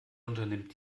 unternimmt